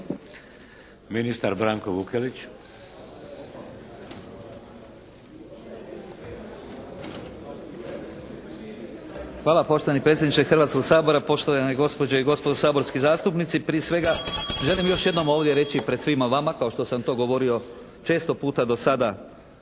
Ministar Branko Vukelić.